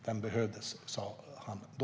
Den behövdes, sa han då.